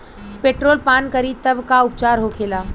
Petrol पान करी तब का उपचार होखेला?